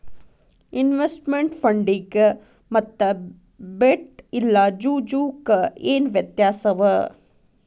Investment ಫಂಡಿಗೆ ಮತ್ತ bet ಇಲ್ಲಾ ಜೂಜು ಕ ಏನ್ ವ್ಯತ್ಯಾಸವ?